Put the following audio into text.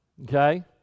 okay